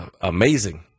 amazing